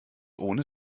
ohne